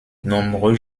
nombreux